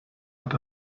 hat